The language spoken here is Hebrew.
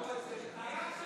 חבר הכנסת פינדרוס, בעד?